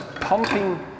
pumping